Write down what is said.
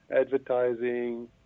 advertising